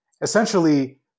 essentially